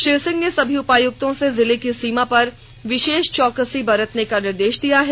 श्री सिंह ने सभी उपायुक्तों से जिले के सीमा पर विशेष चौकसी बरतने का निर्देश दिया है